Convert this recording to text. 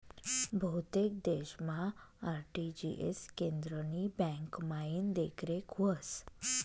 बहुतेक देशमा आर.टी.जी.एस केंद्रनी ब्यांकमाईन देखरेख व्हस